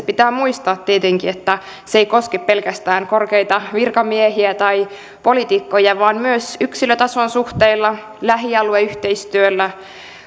pitää muistaa tietenkin että se ei koske pelkästään korkeita virkamiehiä tai politiikkoja vaan myös yksilötason suhteilla lähialueyhteistyöllä